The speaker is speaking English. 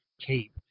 cape